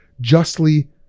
justly